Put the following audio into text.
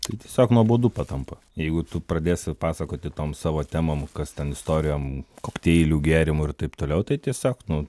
tai tiesiog nuobodu patampa jeigu tu pradėsi pasakoti tom savo temom kas ten istorijom kokteilių gėrimų ir taip toliau tai tiesiog nu